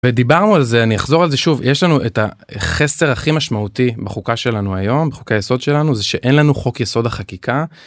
ודיברנו על זה אני אחזור על זה שוב יש לנו את החסר הכי משמעותי בחוקה שלנו היום חוק היסוד שלנו זה שאין לנו חוק יסוד החקיקה.